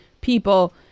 people